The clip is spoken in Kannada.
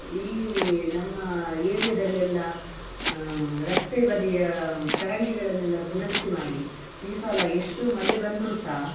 ಇಲ್ಲಿ ನಮ್ಮ ಏರಿಯಾದಲ್ಲೆಲ್ಲ ರಸ್ತೆ ಬದಿಯ ಚರಂಡಿಗಳನ್ನೆಲ್ಲ ದುರಸ್ತಿ ಮಾಡಿ ಈ ಸಲ ಎಷ್ಟು ಮಳೆ ಬಂದರೂ ಸಹ